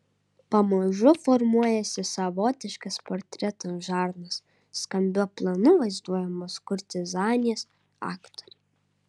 pamažu formuojasi savotiškas portreto žanras stambiu planu vaizduojamos kurtizanės aktoriai